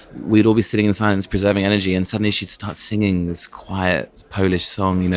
we'd all be sitting in silence preserving energy and suddenly she'd start singing this quiet polish song, you know